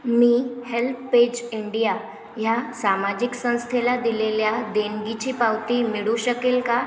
मी Help Age India या सामाजिक संस्थेला दिलेल्या देणगीची पावती मिळू शकेल का